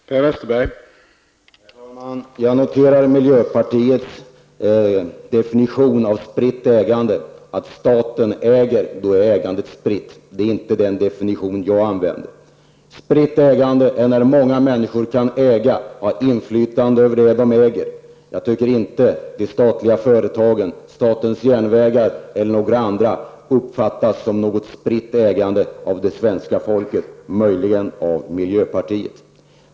Herr talman! Jag noterar miljöpartiets definition av spritt ägande -- när staten äger är ägandet spritt. Det är inte den definition som jag använder. Spritt ägande är när många människor kan äga och ha inflytande över det de äger. Jag tror inte att de statliga företagen, statens järnvägar eller några andra, uppfattas som exempel på spritt ägande av svenska folket -- möjligen av miljöpartiet.